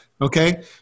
Okay